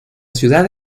ciudad